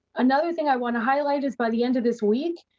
another thing i want to highlight, is by the end of this week,